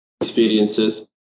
experiences